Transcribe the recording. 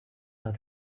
are